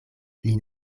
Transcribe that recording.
lin